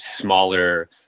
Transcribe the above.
smaller